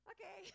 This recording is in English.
Okay